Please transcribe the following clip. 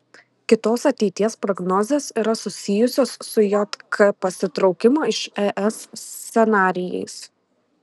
kitos ateities prognozės yra susijusios su jk pasitraukimo iš es scenarijais